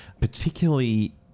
particularly